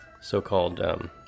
so-called